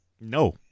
no